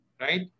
right